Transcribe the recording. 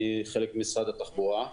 אני חלק ממשרד התחבורה.